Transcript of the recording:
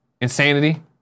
Insanity